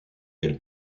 elle